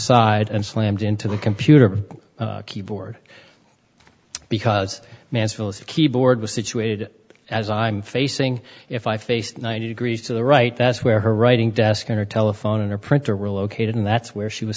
side and slammed into the computer keyboard because mansfield keyboard was situated as i am facing if i faced ninety degrees to the right that's where her writing desk and her telephone and her printer were located and that's where she was